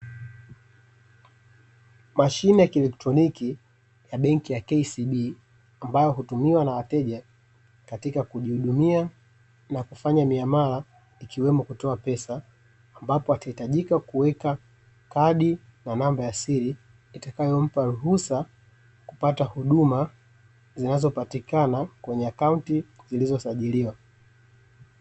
Mashine ya kieletroniki ya benki ya KCB, ambayo hutumiwa na wateja katika kujihudumia na kufanya miamala ikiwemo kutoa pesa, ambapo atahitajika kuweka kadi na namba ya siri itakayompa ruhusa kupata huduma zinazopatikana kwenye akaunti zilizosajiliwa.